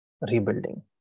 rebuilding